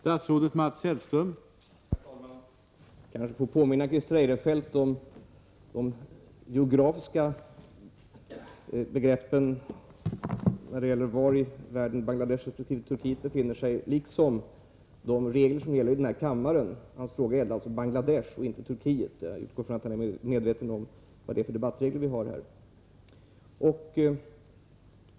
Herr talman! Jag kanske får påminna Christer Eirefelt om de geografiska begreppen när det gäller var i världen Bangladesh och Turkiet befinner sig liksom om de regler som gäller i den här kammaren. Christer Eirefelts fråga gällde alltså Bangladesh och inte Turkiet. Jag utgår från att han är medveten om vad det är för debattregler som gäller här.